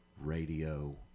radio